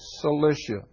Cilicia